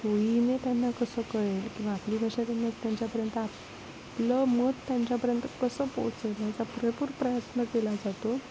त्यांना कसं कळेल किंवा आपली भाषा त्यांनी त्यांच्यापर्यंत आपलं मत त्यांच्यापर्यंत कसं पोचवलं त्याचा भरपूर प्रयत्न केला जातो